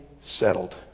settled